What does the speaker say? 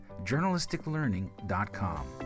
journalisticlearning.com